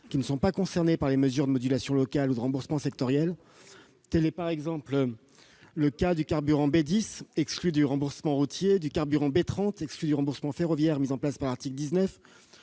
qui ne sont pas concernés par les mesures de modulations locales ou de remboursements sectoriels. Tel est, par exemple, le cas du carburant B10, exclu du remboursement routier, du carburant B30, exclu du remboursement ferroviaire mis en place à l'article 19,